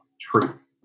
truth